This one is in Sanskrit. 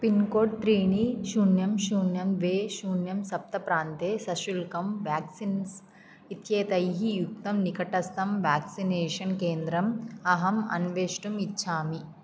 पिन्कोड् त्रीणि शून्यं शून्यं द्वे शून्यं सप्त प्रान्ते सशुल्कं वाक्क्सीन्स् इत्येतैः युक्तं निकटस्तं व्याक्सिनेषन् केन्द्रम् अहम् अन्वेष्टुम् इच्छामि